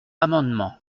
amendement